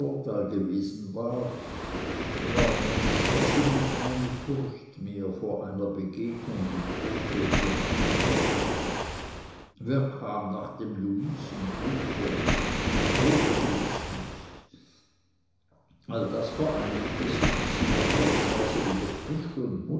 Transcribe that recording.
gewesen war war das daß sie nun keine furcht mehr vor einer begegnung mit botho zu haben brauchte wer kam nach dem luisen ufer botho gewiß nicht all das vereinigte sich sie vergleichsweise wieder frisch und